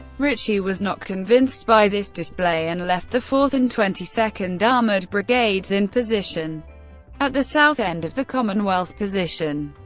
ritchie was not convinced by this display, and left the fourth and twenty second armoured brigades in position at the south end of the commonwealth position.